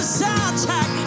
soundtrack